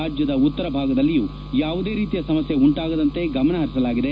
ರಾಜ್ಯದ ಉತ್ತರ ಭಾಗದಲ್ಲಿಯೂ ಯಾವುದೇ ರೀತಿಯ ಸಮಸ್ಯೆ ಉಂಟಾಗದಂತೆ ಗಮನ ಹರಿಸಲಾಗಿದೆ